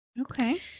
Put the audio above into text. Okay